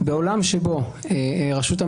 בעולם שבו רשות המסים